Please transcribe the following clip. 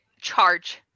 charge